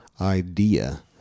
idea